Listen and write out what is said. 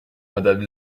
madame